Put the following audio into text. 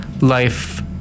life